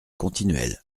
continuels